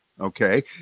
okay